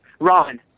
Ron